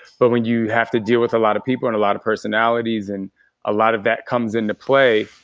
but when you have to deal with a lot of people and a lot of personalities personalities and a lot of that comes into play,